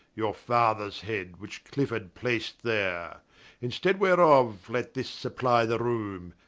your fathers head, which clifford placed there in stead whereof, let this supply the roome,